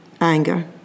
anger